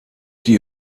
die